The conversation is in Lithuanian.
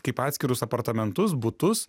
kaip atskirus apartamentus butus